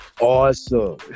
awesome